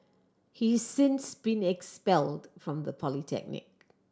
he since been expelled from the polytechnic